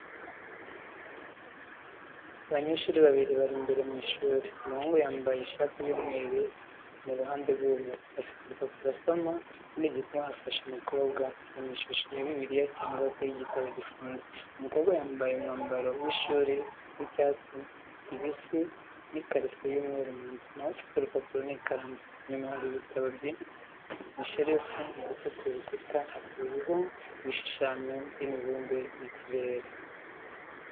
Abanyeshuri babiri bari imbere mu ishuri. Umuhungu wambaye ishati y’umweru ari mu ruhande rw’ibumoso, afite urupapuro asoma, ikindi gikumwe afashe n’umukobwa, kiri mu ishusho ya bibiliya cyangwa igitabo gifunze. Umukobwa wambaye umwambaro w’ishuri w’icyatsi kibisi n’ikariso y’umweru munsi, nawe afite urupapuro n’ikaramu. Inyuma hari ibitabo byinshi mu masherufu, ndetse ku rukuta ruriho igishushanyo cy’imibumbe y’ikirere.